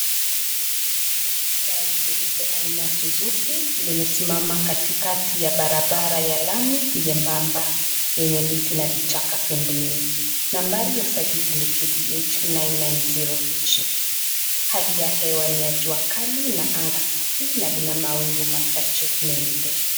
Gari jeupe aina ya suzuki, limesimama katikati ya barabara ya lami jembamba yenye miti na vichaka pembeni. Nambari ya usajili ni KDH 990H. Hali ya hewa ni ya jua kali, ina anga safi na lina mawingu machache meupe.